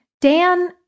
Dan